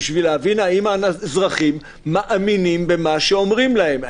כדי להבין האם האזרחים מאמינים במה שאומרים להם.